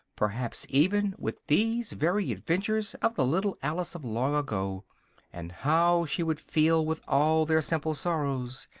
perhaps even with these very adventures of the little alice of long-ago and how she would feel with all their simple sorrows,